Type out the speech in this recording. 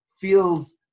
feels